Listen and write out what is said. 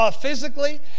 physically